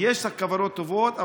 יש לך כוונות טובות,